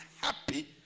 happy